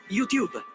YouTube